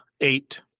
eight